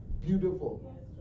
Beautiful